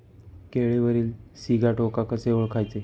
केळीवरील सिगाटोका कसे ओळखायचे?